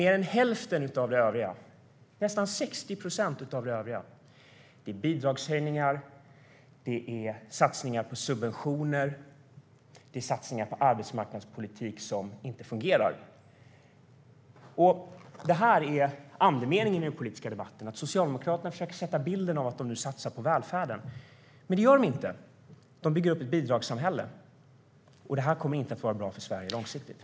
Mer än hälften av det övriga, nästan 60 procent, är bidragshöjningar, satsningar på subventioner och satsningar på arbetsmarknadspolitik som inte fungerar. Det här är andemeningen i den politiska debatten. Socialdemokraterna försöker skapa bilden av att de nu satsar på välfärden. Men det gör de inte. De bygger upp ett bidragssamhälle, och det kommer inte att vara bra för Sverige långsiktigt.